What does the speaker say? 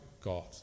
God